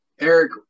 Eric